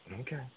Okay